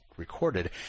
recorded